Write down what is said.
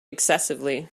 excessively